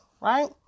right